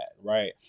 right